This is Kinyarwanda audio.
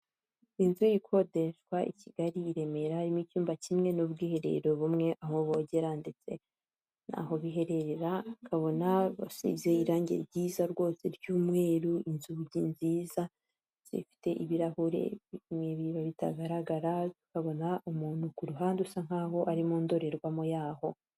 Inzu ikodeshwa i Kigali i Remeramo icyumba kimwe n'ubwiherero bumwe, aho bogera ndetse naho bihererera ukabona hasize irangi ryiza rwose ry'umweru inzugi nziza zifite ibirahuribiri bitagaragara urabona ko umuntu kuhande usa nkaho ari mu ndorerwamo yaho.